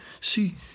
See